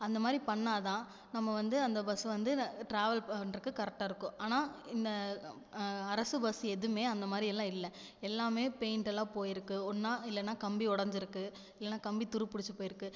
அந்த மாதிரி பண்ணால் தான் நம்ம வந்து அந்த பஸ் வந்து ந டிராவல் பண்றதுக்கு கரெக்டாக இருக்கும் ஆனால் இந்த அரசு பஸ் எதுவுமே அந்த மாதிரியெல்லாம் இல்லை எல்லாமே பெயிண்டெல்லாம் போயிருக்குது ஒன்றா இல்லைன்னா கம்பி உடஞ்சிருக்கு இல்லைன்னா கம்பி துரு பிடிச்சி போயிருக்குது